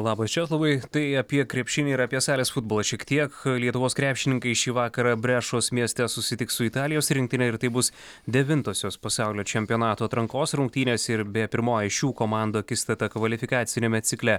labas česlovai tai apie krepšinį ir apie salės futbolą šiek tiek lietuvos krepšininkai šį vakarą brešos mieste susitiks su italijos rinktine ir tai bus devintosios pasaulio čempionato atrankos rungtynės ir beje pirmoji šių komandų akistata kvalifikaciniame cikle